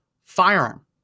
firearm